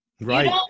right